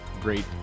great